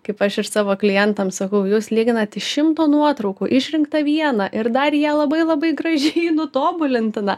kaip aš ir savo klientam sakau jūs lyginat iš šimto nuotraukų išrinktą vieną ir dar ją labai labai gražiai tobulintiną